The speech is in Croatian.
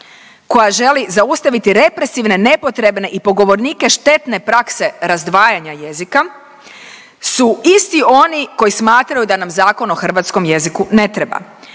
koja želi zaustaviti represivne, nepotrebne i po govornike štetne prakse razdvajanja jezika su isti oni koji smatraju da nam Zakon o hrvatskom jeziku ne treba.